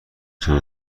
تور